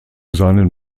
seinen